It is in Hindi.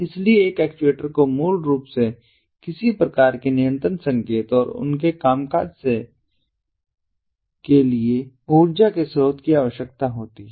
इसलिए एक एक्चुएटर को मूल रूप से किसी प्रकार के नियंत्रण संकेत और उनके कामकाज के लिए ऊर्जा के स्रोत की आवश्यकता होती है